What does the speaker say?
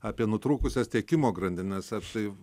apie nutrūkusias tiekimo grandines ar tai